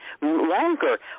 longer